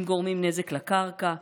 הם גורמים נזק לקרקע,